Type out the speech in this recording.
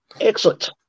Excellent